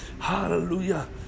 hallelujah